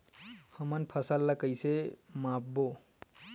हमन फसल ला कइसे माप बो?